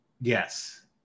Yes